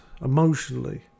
emotionally